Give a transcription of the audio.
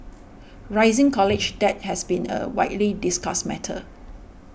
rising college debt has been a widely discussed matter